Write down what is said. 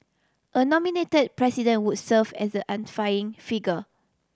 a nominated President would serve as the unifying figure